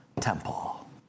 temple